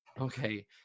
Okay